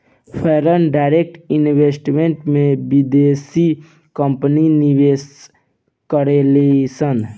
foreign direct investment में बिदेसी company निवेश करेलिसन